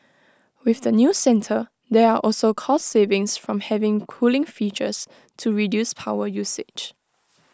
with the new centre there are also cost savings from having cooling features to reduce power usage